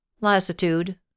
lassitude